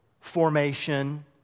formation